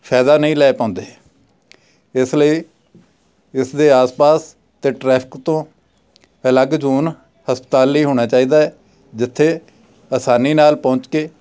ਫ਼ਾਇਦਾ ਨਹੀਂ ਲੈ ਪਾਉਂਦੇ ਇਸ ਲਈ ਇਸ ਦੇ ਆਸ ਪਾਸ ਅਤੇ ਟਰੈਫਿਕ ਤੋਂ ਅਲੱਗ ਜੂਨ ਹਸਪਤਾਲ ਲਈ ਹੋਣਾ ਚਾਹੀਦਾ ਹੈ ਜਿੱਥੇ ਆਸਾਨੀ ਨਾਲ ਪਹੁੰਚ ਕੇ